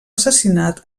assassinat